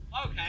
Okay